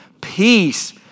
peace